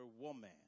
woman